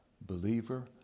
Believer